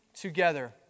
together